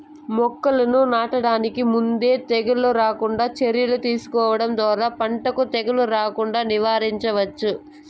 మొక్కలను నాటడానికి ముందే తెగుళ్ళు రాకుండా చర్యలు తీసుకోవడం ద్వారా పంటకు తెగులు రాకుండా నివారించవచ్చు